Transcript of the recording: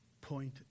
point